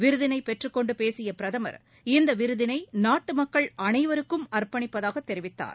விருதினை பெற்றுக்கொண்டு பேசிய பிரதமர் இந்த விருதினை நாட்டு மக்கள் அனைவருக்கும் அர்ப்பணிப்பதாக தெரிவித்தார்